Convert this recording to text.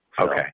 Okay